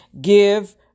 Give